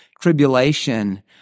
tribulation